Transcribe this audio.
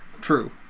True